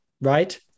right